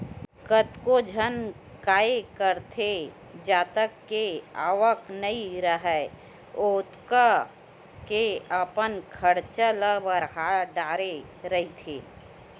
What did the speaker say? कतको झन काय करथे जतका के आवक नइ राहय ओतका के अपन खरचा ल बड़हा डरे रहिथे